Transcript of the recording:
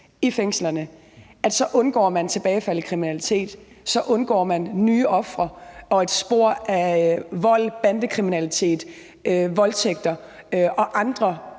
i fængslerne, så undgår man tilbagefald i kriminalitet, så undgår man nye ofre og et spor af vold, bandekriminalitet, voldtægter og andre